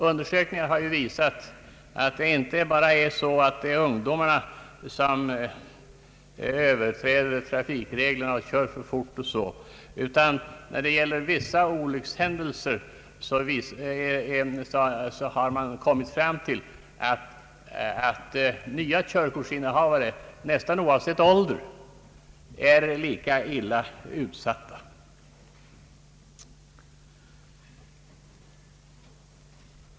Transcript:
Undersökningar har ju visat att det inte bara är ungdomarna som överträder trafikreglerna, som kör särskilt fort och är olycksbelastade utan man har kommit fram till att nya körkortsinnehavare, oavsett ålder, är nästan lika illa utsatta.